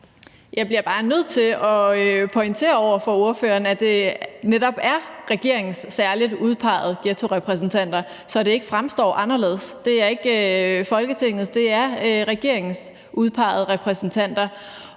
Jeg bliver bare nødt til at pointere over for ordføreren, at det netop er regeringens særligt udpegede ghettorepræsentanter, så det ikke fremstår anderledes. Det er ikke Folketingets, det er regeringens udpegede repræsentanter.